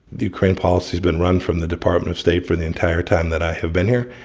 ukraine policy's been run from the department of state for the entire time that i have been here,